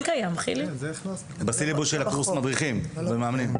קורס המדריכים והמאמנים.